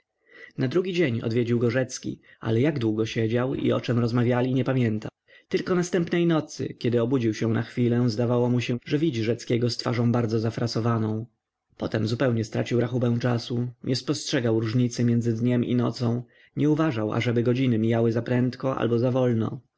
na drugi dzień odwiedził go rzecki ale jak długo siedział i o czem rozmawiali nie pamięta tylko następnej nocy kiedy obudził się na chwilę zdawało mu się że widzi rzeckiego z twarzą bardzo zafrasowaną potem zupełnie stracił rachubę czasu nie spostrzegał różnic pomiędzy dniem i nocą nie uważał ażeby godziny mijały zaprędko albo zawolno